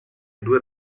due